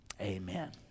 Amen